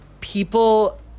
people